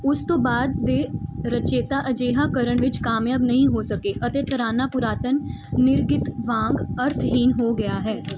ਉਸ ਤੋਂ ਬਾਅਦ ਦੇ ਰਚੇਤਾ ਅਜਿਹਾ ਕਰਨ ਵਿਚ ਕਾਮਯਾਬ ਨਹੀਂ ਹੋ ਸਕੇ ਅਤੇ ਤਰਾਨਾ ਪੁਰਾਤਨ ਨਿਰਗਿਤ ਵਾਂਗ ਅਰਥਹੀਣ ਹੋ ਗਿਆ ਹੈ